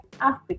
Africa